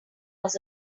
was